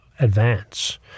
advance